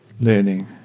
learning